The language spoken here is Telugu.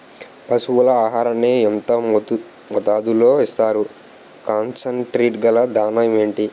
పశువుల ఆహారాన్ని యెంత మోతాదులో ఇస్తారు? కాన్సన్ ట్రీట్ గల దాణ ఏంటి?